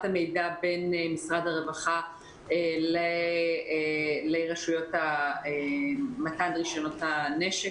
המידע בין משרד הרווחה לרשויות למתן רישיונות הנשק.